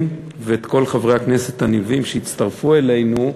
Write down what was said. ואת כל חברי הכנסת הנלווים שהצטרפו אלינו,